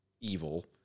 evil